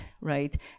right